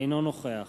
אינו נוכח